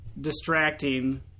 Distracting